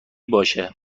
باشه